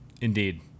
Indeed